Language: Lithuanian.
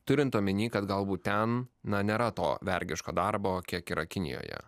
turint omeny kad galbūt ten na nėra to vergiško darbo kiek yra kinijoje